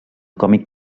còmic